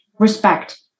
Respect